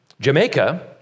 Jamaica